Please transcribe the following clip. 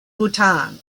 bhutan